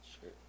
Sure